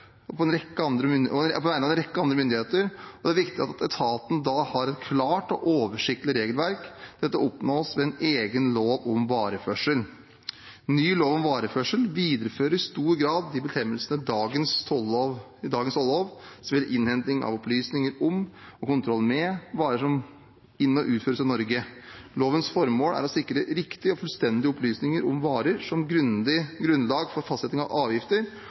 myndigheter, og det er viktig at etaten da har et klart og oversiktlig regelverk. Dette oppnås ved en egen lov om vareførselen. Ny lov om vareførsel viderefører i stor grad de bestemmelsene i dagens tollov som gjelder innhenting av opplysninger om og kontroll med varer som inn- og utføres fra Norge. Lovens formål er å sikre riktige og fullstendige opplysninger om varer som grunnlag for fastsetting av avgifter